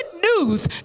news